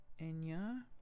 Enya